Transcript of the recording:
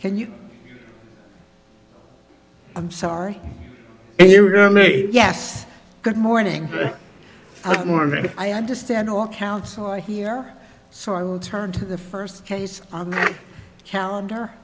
can you i'm sorry yes good morning oh i understand walk out so i hear so i will turn to the first case on the calendar